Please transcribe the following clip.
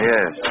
Yes